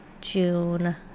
June